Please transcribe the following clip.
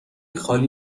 خالی